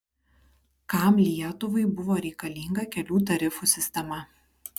kam lietuvai buvo reikalinga kelių tarifų sistema